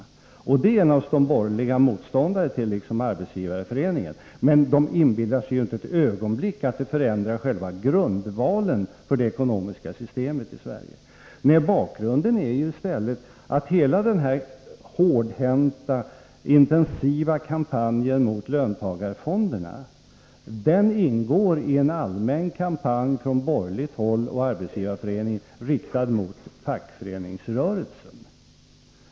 Det är naturligtvis de borgerliga motståndare till, liksom Arbetsgivareföreningen, men de inbillar sig inte ett ögonblick att det förändrar själva grundvalen för det ekonomiska systemet i Sverige. Nej, bakgrunden är i stället att hela den hårdhänta, intensiva kampanjen mot löntagarfonder ingår i en allmän kampanj från borgerligt håll och Arbetsgivareföreningen riktad mot fackföreningsrörelsen.